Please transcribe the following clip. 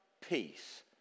Peace